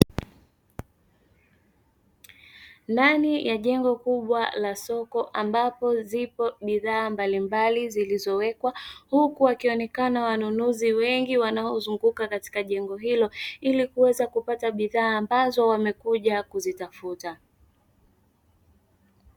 Ndani ya jengo kubwa la soko ambapo zipo bidhaa mbalimbali zilizowekwa, huku wakionekana wanunuzi wengi wanaozunguka katika jengo hilo ili kuweza kupata bidhaa ambazo wamekuja kuzitafuta.